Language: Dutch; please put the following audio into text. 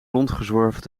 rondgezworven